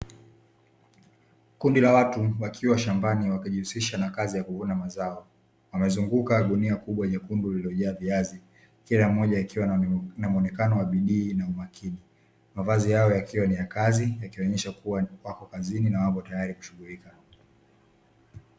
Kundi la watu wakiwa shambani wakijihusisha na kazi ya kuvuna mazao wamezunguka gunia kubwa jekundu lililojaa viazi kila mmoja akiwa na muonekano wa bidii na umakini, mavazi yao yakiwa ni ya kazi yakionyesha kuwa wapo kazini na wapo tayari kushughulika.